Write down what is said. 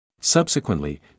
Subsequently